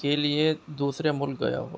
کے لیے دوسرے ملک گیا ہو